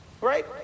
right